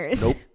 Nope